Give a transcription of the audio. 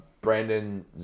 Brandon